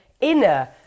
inner